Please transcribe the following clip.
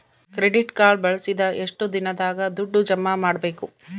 Credit card ಬಳಸಿದ ಎಷ್ಟು ದಿನದಾಗ ದುಡ್ಡು ಜಮಾ ಮಾಡ್ಬೇಕು?